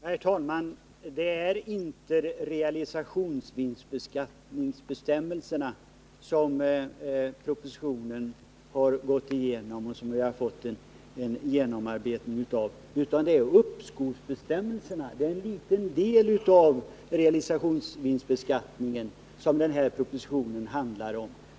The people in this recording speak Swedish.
Herr talman! Det är inte realisationsvinstbeskattningsbestämmelserna som propositionen har gått igenom utan det är uppskovsbestämmelserna. Det är en liten del av realisationsvinstbeskattningen som den här propositionen handlar om.